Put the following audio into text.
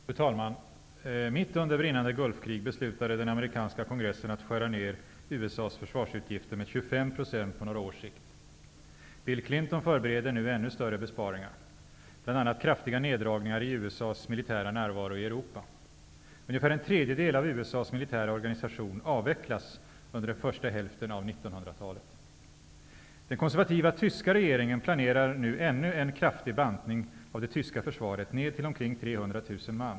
Fru talman! Mitt under brinnande Gulfkrig beslutade den amerikanska kongressen att skära ned USA:s försvarsutgifter med 25 % på några års sikt. Bill Clinton förbereder nu ännu större besparingar genom bl.a. kraftiga neddragningar i USA:s militära närvaro i Europa. Ungefär en tredjedel av USA:s militära organisation avvecklas under första hälften av 90-talet. Den konservativa tyska regeringen planerar nu ännu en kraftig bantning av det tyska försvaret ned till omkring 300 000 man.